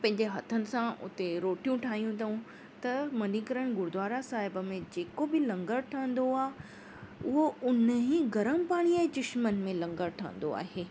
पंहिंजे हथनि सां उते रोटियूं ठाहियूं अथऊं त मनिकरण गुरुद्वारा साहिबु में जेको बि लंगर ठहींदो आहे उहो उन ई गरम पाणीअ चशमनि में लंगर ठहींदो आहे